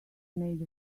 made